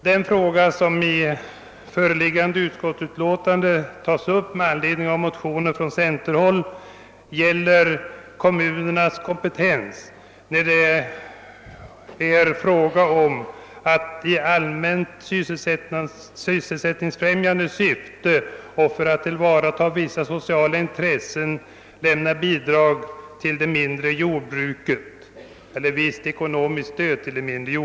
Den fråga som behandlas i föreliggande utskottsutlåtande med anledning av motioner från centerhåll gäller kommunernas kompetens att i allmänt sysselsättningsfrämjande syfte och för att tillvarata vissa sociala intressen lämna det mindre jordbruket ekonomiskt stöd.